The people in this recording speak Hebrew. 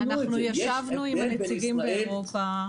יש הבדל בין ישראל לאירופה.